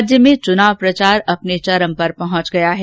राज्य में चुनाव प्रचार अपने चरम पर पहुंच गया है